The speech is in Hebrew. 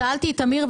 שאלתי את אמיר,